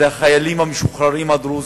והיא החיילים המשוחררים הדרוזים.